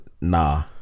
nah